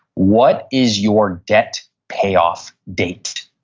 what is your debt payoff date?